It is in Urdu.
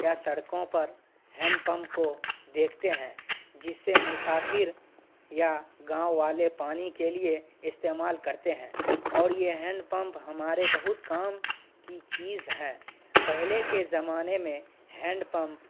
یا سڑکوں پر ہینڈ پمپ کو دیکھتے ہیں جسے مسافر یا گاؤں والے پانی کے لیے استعمال کرتے ہیں اور یہ ہینڈ پمپ ہمارے بہت کام کی چیز ہے پہلے کے زمانے میں ہینڈ پمپ